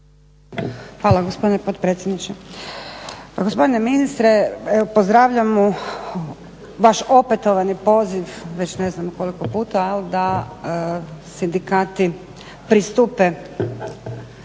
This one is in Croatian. Hvala gospodine potpredsjedniče. Gospodine ministre pozdravljamo vaš opetovani poziv već ne znam koliko puta ali da sindikati pristupe